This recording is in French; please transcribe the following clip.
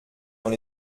dans